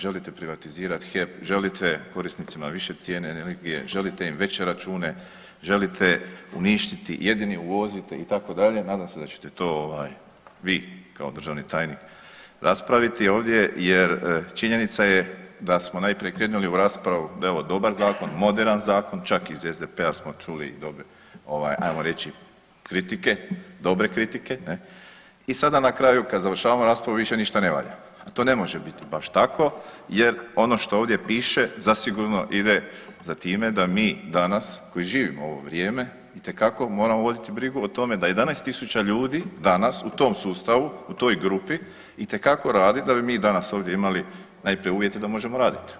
Želite privatizirati HEP, želite korisnicima više cijene energije, želite im veće račune, želite uništiti, jedini uvozite itd. nadam se da ćete to vi kao državni tajnik raspraviti ovdje jer činjenica je da smo najprije krenuli u raspravu da je ovo dobar zakon, moderan zakon čak iz SDP-a smo čuli ajmo reći kritike, dobre kritike i sada na kraju kada završavamo raspravu više ništa ne valja, a to ne može biti vaš tako jer ono što ovdje piše zasigurno ide za time da mi danas koji živimo u ovo vrijeme itekako moramo vidjeti brigu o tome da 11.000 ljudi, danas u tom sustavu, u toj grupi itekako radi da bi mi danas ovdje imali najprije uvjete da možemo radit.